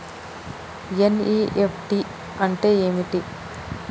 NEFT అంటే ఏంటిది?